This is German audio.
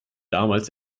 damals